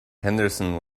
henderson